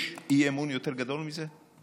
יש אי-אמון יותר גדול מזה?